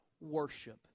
worship